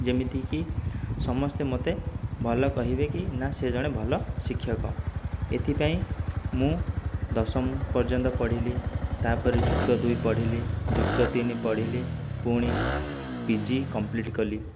ଯେମିତିକି ସମସ୍ତେ ମୋତେ ଭଲ କହିବେ କି ନା ସେ ଜଣେ ଭଲ ଶିକ୍ଷକ ଏଥିପାଇଁ ମୁଁ ଦଶମ ପର୍ଯ୍ୟନ୍ତ ପଢ଼ିଲି ତା'ପରେ ଯୁକ୍ତ ଦୁଇ ପଢ଼ିଲି ଯୁକ୍ତ ତିନି ପଢ଼ିଲି ପୁଣି ପିଜି କମ୍ପ୍ଲିଟ କଲି